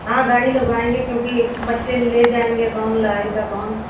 हाँ गाड़ी लगवाएंगे क्योंकि बच्चे ले जाएंगे कौन लाएगा कौन